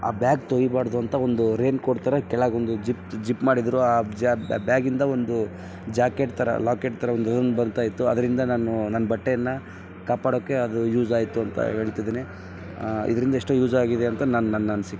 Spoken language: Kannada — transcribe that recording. ಆ ಬ್ಯಾಗ್ ತೊಯ್ಬಾರ್ದು ಅಂತ ಒಂದು ರೈನ್ಕೋಟ್ ಥರ ಕೆಳಗೊಂದು ಜಿಪ್ ಜಿಪ್ ಮಾಡಿದ್ದರು ಆ ಬ್ಯಾಗಿಂದ ಒಂದು ಜಾಕೆಟ್ ಥರ ಲಾಕೆಟ್ ಥರ ಒಂದು ಬರ್ತಾ ಇತ್ತು ಅದರಿಂದ ನಾನು ನನ್ನ ಬಟ್ಟೆಯನ್ನು ಕಾಪಾಡೋಕ್ಕೆ ಅದು ಯೂಸಾಯಿತು ಅಂತ ಹೇಳ್ತಿದ್ದೀನಿ ಇದ್ರಿಂದ ಎಷ್ಟೋ ಯೂಸಾಗಿದೆ ಅಂತ ನಾನು ನನ್ನ ಅನಿಸಿಕೆ